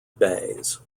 bays